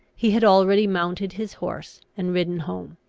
he had already mounted his horse and ridden home.